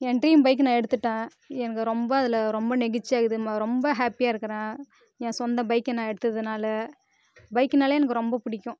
என் dream bike நான் எடுத்துட்டேன் எனக்கு ரொம்ப அதில் ரொம்ப நெகிழ்ச்சியாக இருக்குது ரொம்ப ஹாப்பியாக இருக்கிறேன் என் சொந்த பைக்கை நான் எடுத்ததுனால பைக்குனால் எனக்கு ரொம்ப பிடிக்கும்